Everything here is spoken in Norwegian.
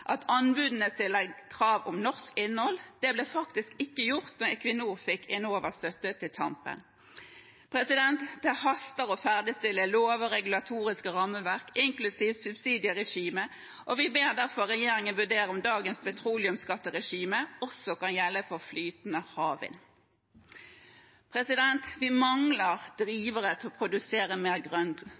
anbudene stiller krav om norsk innhold. Det ble faktisk ikke gjort da Equinor fikk Enova-støtte til Tampen. Det haster å ferdigstille lover og regulatorisk rammeverk, inklusiv subsidieregime, og vi ber derfor regjeringen vurdere om dagens petroleumsskatteregime også kan gjelde for flytende havvind. Vi mangler drivere til å produsere mer